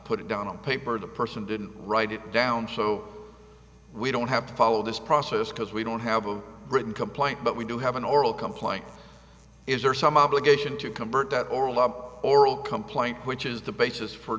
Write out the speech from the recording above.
put it down on paper the person didn't write it down so we don't have to follow this process because we don't have a written complaint but we do have an oral complaint is there some obligation to convert that oral law oral complaint which is the basis for